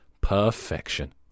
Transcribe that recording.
perfection